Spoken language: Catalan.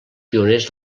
pioners